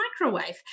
microwave